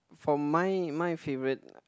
for mine my favourite